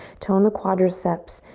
tone the quadriceps.